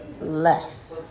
less